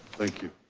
thank you.